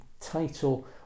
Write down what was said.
title